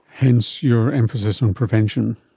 hence your emphasis on prevention.